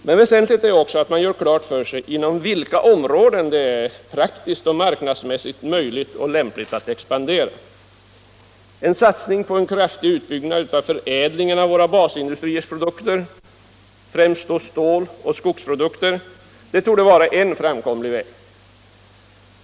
Men väsentligt är också att man gör klart för sig inom vilka områden det är praktiskt och marknadsmässigt möjligt och lämpligt att expandera. En satsning på kraftig utbyggnad av förädlingen av våra basindustriers produkter, främst stål och skogsprodukter, torde vara en framkomlig väg.